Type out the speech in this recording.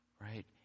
right